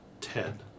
Ted